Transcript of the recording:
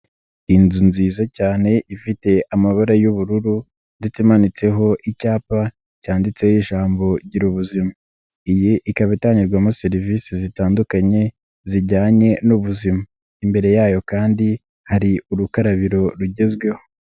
Inzu nziza cyane ifite amabara y'ubururu ndetse imanitseho icyapa cyanditseho ijambo gira ubuzima, iyi ikaba itangirwamo serivisi zitandukanye zijyanye n'ubuzima, imbere yayo kandi hari urukarabiro rugezweho.